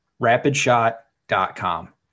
Rapidshot.com